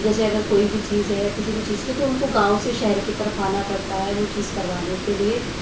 जैसे अगर कोई भी चीज़ है या किसी भी चीज़ को तो उनको गाँव से शहर की तरफ आना पड़ता है वह चीज़ करवाने के लिए